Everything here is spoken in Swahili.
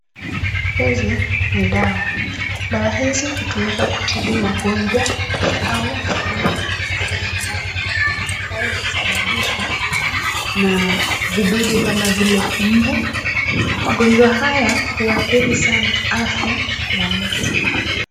Hizi ni dawa. Dawa hizi hutumika kutibu magonjwa ambayo husababishwa na vidudu kama vile mbu. Magonjwa haya huathiri sana afya ya mtu.